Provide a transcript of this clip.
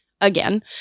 again